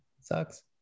Sucks